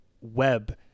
web